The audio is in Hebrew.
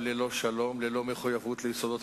כל דמיון, אז לא צריך לספר סיפורים.